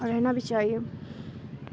اور رہنا بھی چاہیے